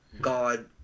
God